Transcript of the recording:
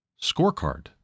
scorecard